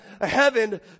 heaven